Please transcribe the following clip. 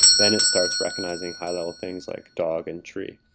then it starts recognizing high-level things, like dog and tree.